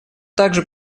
также